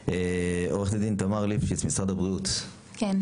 עורכת הדין תמר ליפשיץ, משרד הבריאות, בבקשה.